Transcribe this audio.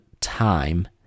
time